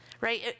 right